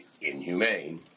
inhumane